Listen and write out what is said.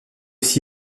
aussi